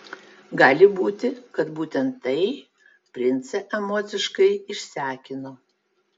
gali būti kad būtent tai princą emociškai išsekino